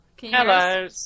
Hello